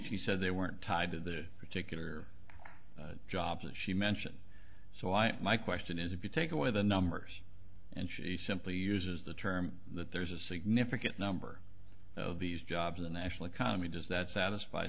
she said they weren't tied to the particular jobs she mentioned so i my question is if you take away the numbers and she simply uses the term that there's a significant number of these jobs the national economy does that satisfy